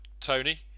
Tony